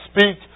speak